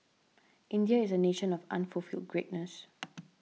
India is a nation of unfulfilled greatness